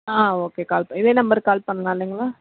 ஆ okay call இதே நம்பருக்கு call பண்ணலாம் இல்லைங்களா